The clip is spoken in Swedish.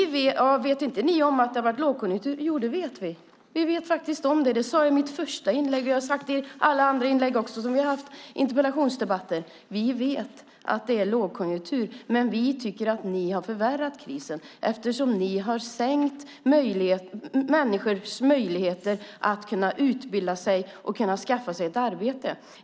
Vet inte ni att det har varit lågkonjunktur? Jo, det vet vi. Vi vet faktiskt det. Det sade jag i mitt första inlägg, och det har jag sagt i alla inlägg i andra interpellationsdebatter. Vi vet att det är lågkonjunktur, men vi tycker att ni har förvärrat krisen eftersom ni har stängt människors möjligheter att utbilda sig och skaffa sig ett arbete.